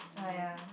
oh ya